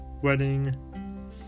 wedding